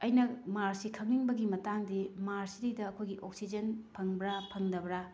ꯑꯩꯅ ꯃꯥꯔꯁꯁꯤ ꯈꯪꯅꯤꯡꯕꯒꯤ ꯃꯇꯥꯡꯗꯤ ꯃꯥꯔꯁꯁꯤꯗ ꯑꯩꯈꯣꯏꯒꯤ ꯑꯣꯛꯁꯤꯖꯦꯟ ꯐꯪꯕ꯭ꯔꯥ ꯐꯪꯗꯕ꯭ꯔꯥ